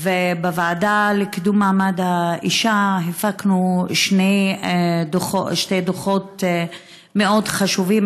ובוועדה לקידום מעמד האישה הפקנו שני דוחות מאוד חשובים,